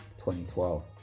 2012